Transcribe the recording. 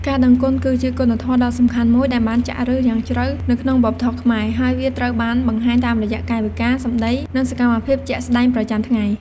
ការដឹងគុណ គឺជាគុណធម៌ដ៏សំខាន់មួយដែលបានចាក់ឫសយ៉ាងជ្រៅនៅក្នុងវប្បធម៌ខ្មែរ ហើយវាត្រូវបានបង្ហាញតាមរយៈកាយវិការ សម្ដី និងសកម្មភាពជាក់ស្ដែងប្រចាំថ្ងៃ។